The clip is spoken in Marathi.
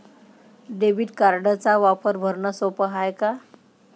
डेबिट कार्डचा वापर भरनं सोप हाय का?